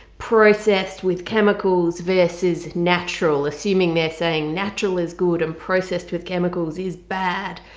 processed with chemicals versus natural assuming they're saying natural is good and processed with chemicals is bad.